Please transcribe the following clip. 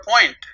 point